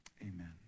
amen